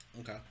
Okay